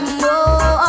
more